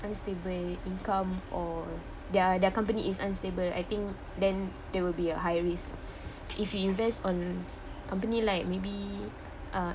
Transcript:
unstable income or their their company is unstable I think then there will be a high risk if you invest on company like maybe uh